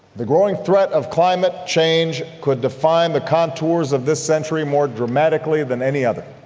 the growing threat of climate change could define the contours of this century more dramatically than any other.